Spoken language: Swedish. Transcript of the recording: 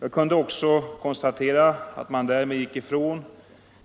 Jag kunde också konstatera att man därmed gick ifrån